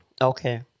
Okay